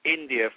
India